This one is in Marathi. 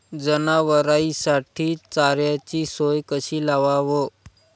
जनावराइसाठी चाऱ्याची सोय कशी लावाव?